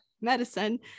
medicine